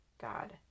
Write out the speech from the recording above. God